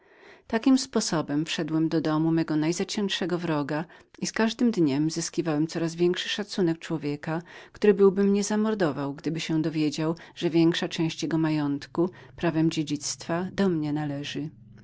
takim sposobem wszedłem do domu mego najzaciętszego wroga i z każdym dniem zyskiwałem coraz większy szacunek człowieka który byłby mnie zamordował gdyby się był dowiedział że większa część jego majątku prawem dziedzictwa do mnie należała